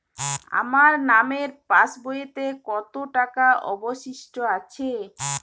আমার নামের পাসবইতে কত টাকা অবশিষ্ট আছে?